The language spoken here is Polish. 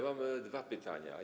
Mam dwa pytania.